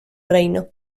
reino